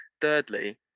thirdly